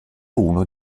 uno